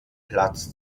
platz